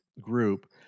group